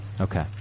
Okay